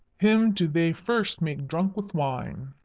him do they first make drunk with wine.